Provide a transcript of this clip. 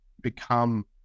become